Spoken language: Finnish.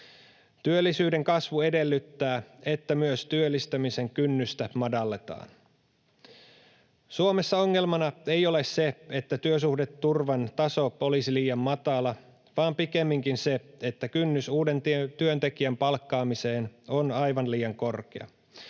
Työllisyyden kasvu edellyttää, että myös työllistämisen kynnystä madalletaan. Suomessa ongelmana ei ole se, että työsuhdeturvan taso olisi liian matala, vaan pikemminkin se, että kynnys uuden työntekijän palkkaamiseen on aivan liian korkea.